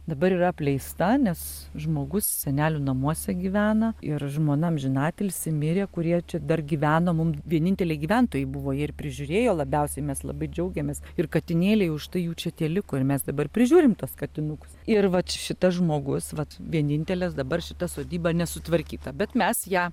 dabar yra apleista nes žmogus senelių namuose gyvena ir žmona amžiną atilsį mirė kurie čia dar gyveno mum vieninteliai gyventojai buvo jie ir prižiūrėjo labiausiai mes labai džiaugiamės ir katinėliai užtai jų čia tie liko ir mes dabar prižiūrim tuos katinukus ir vat šitas žmogus vat vienintelės dabar šita sodyba nesutvarkyta bet mes ją